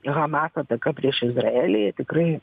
hamas ataka prieš izraelį tikrai